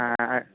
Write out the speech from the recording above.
ᱟᱸᱻ